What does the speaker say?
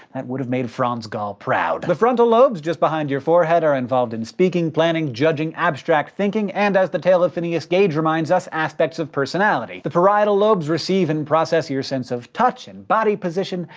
and would have made franz gall proud. the frontal lobes, just behind your forehead, are involved in speaking, planning, judging, abstract thinking, and as the tale of phineas gage reminds us, aspects of personality. the parietal lobes receive and process your sense of touch and body position.